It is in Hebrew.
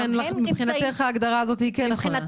לכן מבחינתך ההגדרה הזאת כן נכונה.